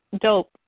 Dope